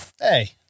Hey